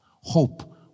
Hope